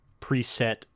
preset